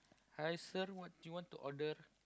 hi sir what you want to order